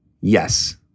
Yes